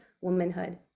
womanhood